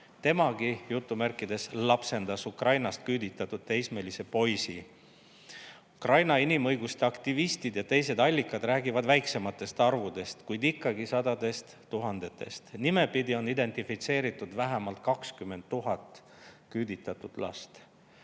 temagi "lapsendas" Ukrainast küüditatud teismelise poisi. Ukraina inimõiguste aktivistid ja teised allikad räägivad väiksematest arvudest, kuid ikkagi sadadest tuhandetest. Nimepidi on identifitseeritud vähemalt 20 000 küüditatud last.